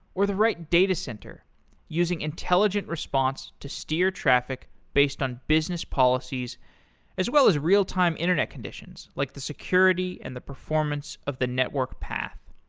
or the right datacenter using intelligent response to steer traffic based on business policies as well as real time internet conditions, like the security and the performance of the network path.